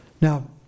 Now